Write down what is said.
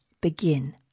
begin